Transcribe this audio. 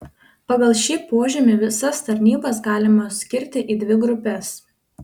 pagal šį požymį visas tarnybas galima skirti į dvi grupes